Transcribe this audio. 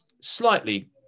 slightly